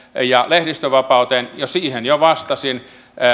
ja lehdistönvapauteen siihen jo vastasin